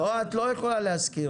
לא את לא יכולה להזכיר,